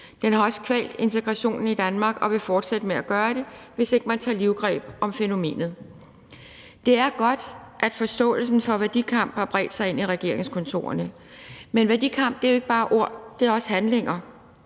Den har også kvalt integrationen i Danmark og vil fortsætte med at gøre det, hvis ikke man tager livgreb med fænomenet.« Det er godt, at forståelsen for værdikamp har bredt sig ind i regeringskontorerne, men værdikamp er jo ikke bare ord, det er også handlinger.